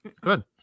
Good